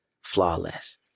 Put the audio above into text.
flawless